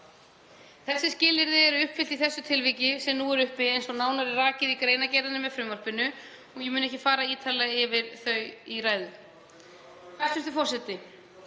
Þessi skilyrði eru uppfyllt í því tilviki sem nú er uppi, eins og nánar er rakið í greinargerðinni með frumvarpinu og mun ég ekki fara ítarlega yfir þau í ræðu minni. Hæstv. forseti.